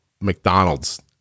McDonald's